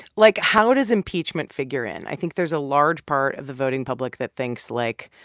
like, how does impeachment figure in? i think there's a large part of the voting public that thinks like,